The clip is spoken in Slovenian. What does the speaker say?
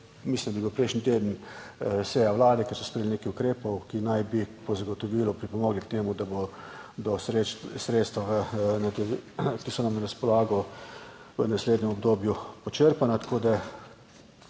Mislim, da je bila prejšnji teden seja vlade, kjer so sprejeli nekaj ukrepov, ki naj bi po zagotovilu pripomogli k temu, da bodo sredstva, ki so nam na razpolago, v naslednjem obdobju počrpana,